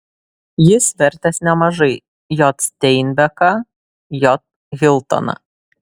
jis vertęs nemažai j steinbeką j hiltoną